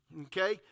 okay